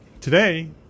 today